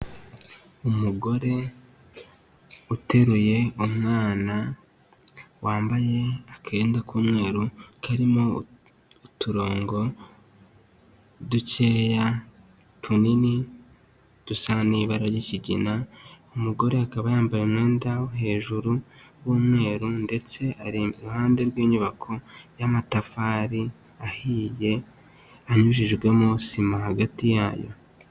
Umugore uteruye umwana wambaye akenda k'umweru karimo uturongo dukeya tunini dusa n'ibara ryikigina, umugore akaba yambaye umwenda wo hejuru w'umweru ndetse ari iruhande rw'inyubako y'amatafari ahiye anyujijwemo sima hagati yayo.